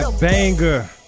banger